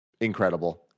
incredible